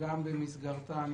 וגם במסגרת הפגיעה במוניטין,